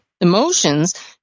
emotions